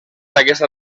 aquesta